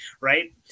Right